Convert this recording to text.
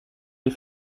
les